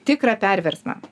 tikrą perversmą